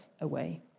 away